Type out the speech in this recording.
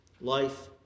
life